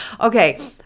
Okay